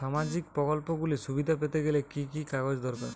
সামাজীক প্রকল্পগুলি সুবিধা পেতে গেলে কি কি কাগজ দরকার?